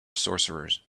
sorcerers